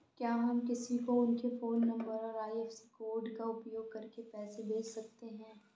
क्या हम किसी को उनके फोन नंबर और आई.एफ.एस.सी कोड का उपयोग करके पैसे कैसे भेज सकते हैं?